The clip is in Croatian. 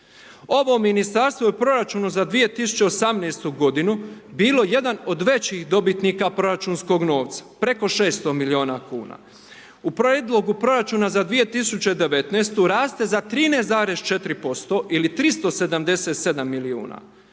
Ovo ministarstvo je u proračunu za 2018. godinu bilo jedan od većih dobitnika proračunskog novca, preko 600 milijuna kuna. U Prijedlogu proračuna za 2019. raste za 13,4% ili 377 milijuna.